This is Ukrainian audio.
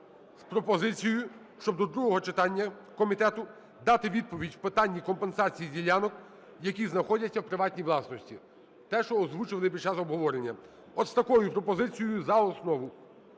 з пропозицією, щоби до другого читання комітету дати відповідь в питанні компенсації ділянок, які знаходяться в приватній власності – те, що озвучили під час обговорення. Ось із такою пропозицією за основу,